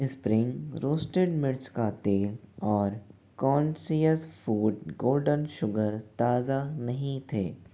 sprig roasted मिर्च का तेल और कॉन्ससियस फ़ूड गोल्डन शुगर ताज़ा नहीं थे